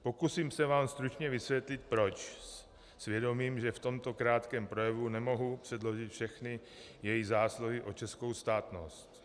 Pokusím se vám stručně vysvětlit proč, s vědomím, že v tomto krátkém projevu nemohu předložit všechny její zásluhy o českou státnost.